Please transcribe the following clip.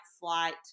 flight